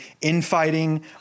infighting